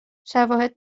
شواهد